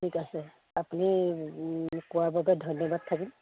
ঠিক আছে আপুনি কোৱাৰ বাবে ধন্যবাদ থাকিল